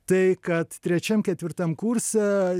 tai kad trečiam ketvirtam kurse